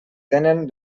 tenen